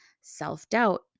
self-doubt